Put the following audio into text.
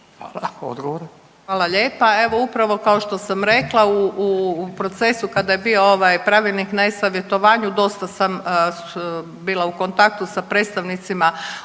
Nada (HDZ)** Hvala lijepa. Evo upravo kao što sam rekla u procesu kada je bio ovaj pravilnik na e-savjetovanju dosta sam bila u kontaktu sa predstavnicima